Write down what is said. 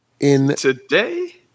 Today